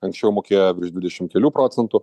anksčiau mokėjo dvidešim kelių procentų